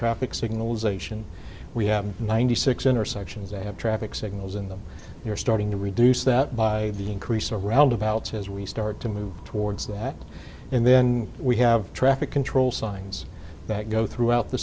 traffic signals ation we have ninety six intersections that have traffic signals in them you're starting to reduce that by the increase of roundabouts as we start to move towards that and then we have traffic control signs that go throughout the